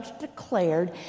declared